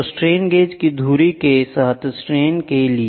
तो strain gauge की धुरी के साथ स्ट्रेन के लिए